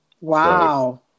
wow